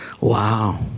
Wow